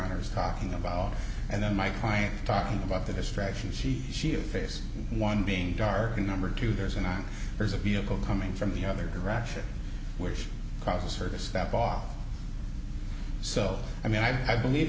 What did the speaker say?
honour's talking about and then my client talking about the distraction she she'll face one being dark and number two there's a not there's a vehicle coming from the other direction which causes her to step off so i mean i believe